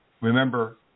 Remember